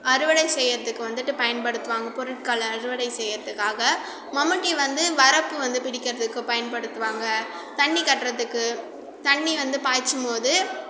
அறுவடை செய்யறதுக்கு வந்துவிட்டு பயன்படுத்துவாங்க பொருட்களை அறுவடை செய்யறதுக்காக மம்பட்டி வந்து வரப்பு வந்து பிரிக்கிறதுக்கு பயன்படுத்துவாங்க தண்ணி கட்டுறதுக்கு தண்ணி வந்து பாய்ச்சும்போது